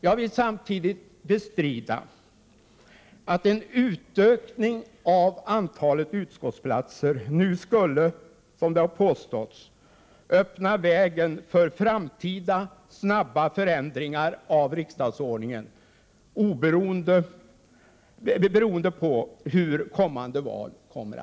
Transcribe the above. Jag vill samtidigt bestrida att en utökning av antalet utskottsplatser nu skulle, som det har påståtts, öppna vägen för framtida snabba förändringar av riksdagsordningen, beroende på hur kommande val utfaller.